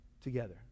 together